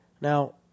Now